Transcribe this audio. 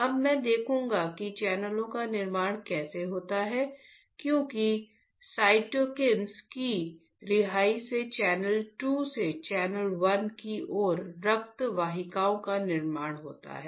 अब मैं देखूंगा कि चैनलों का निर्माण कैसे होता है क्योंकि साइटोकिन्स की रिहाई से चैनल 2 से चैनल 1 की ओर रक्त वाहिकाओं का निर्माण होता है